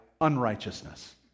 unrighteousness